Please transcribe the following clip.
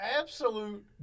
absolute